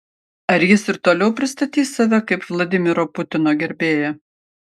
ar jis ir toliau pristatys save kaip vladimiro putino gerbėją